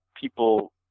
people